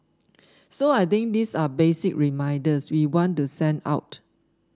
so I think these are basic reminders we want to send out